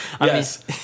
Yes